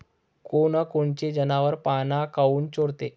कोनकोनचे जनावरं पाना काऊन चोरते?